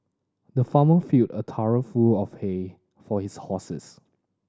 the farmer filled a trough full of hay for his horses